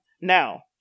now